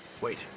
Wait